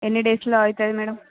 ఎన్ని డేస్ లో అయితుంది మ్యాడం